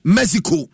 Mexico